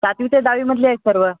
सातवी ते दहावीमधली आहेत सर्व